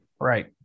right